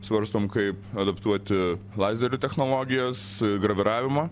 svarstom kaip adaptuoti lazerių technologijas graviravimą